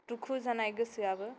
दुखु जानाय गोसोआबो